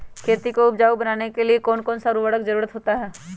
खेती को उपजाऊ बनाने के लिए कौन कौन सा उर्वरक जरुरत होता हैं?